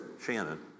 Shannon